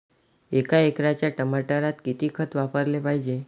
एका एकराच्या टमाटरात किती खत वापराले पायजे?